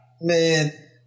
man